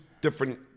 different